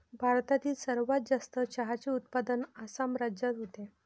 भारतातील सर्वात जास्त चहाचे उत्पादन आसाम राज्यात होते